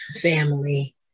family